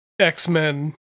X-Men